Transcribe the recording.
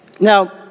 Now